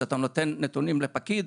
כשאתה נותן נתונים לפקיד,